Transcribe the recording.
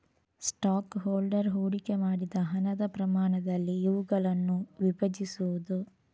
stock holder ಹೂಡಿಕೆ ಮಾಡಿದ ಹಣದ ಪ್ರಮಾಣದಲ್ಲಿ ಇವುಗಳನ್ನು ವಿಭಜಿಸುವುದು